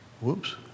Whoops